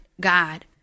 God